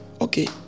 Okay